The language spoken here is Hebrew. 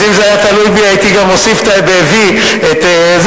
אז אם זה היה תלוי בי הייתי גם מוסיף ב"וי" את זה.